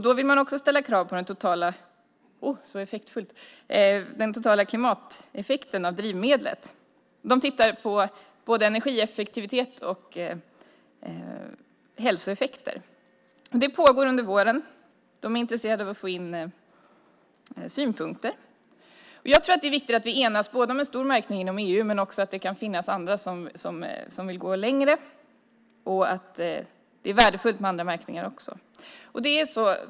Då vill man också ställa krav när det gäller den totala klimateffekten av drivmedlet. Man tittar på både energieffektivitet och hälsoeffekter. Det arbetet pågår under våren. De är intresserade av att få in synpunkter. Jag tror att det är viktigt att vi enas om en stor märkning inom EU, men det kan också finnas andra som vill gå längre, och det är värdefullt med andra märkningar också.